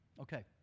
Okay